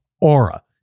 Aura